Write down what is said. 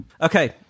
Okay